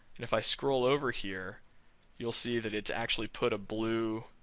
if i scroll over here you'll see that it's actually put a blue,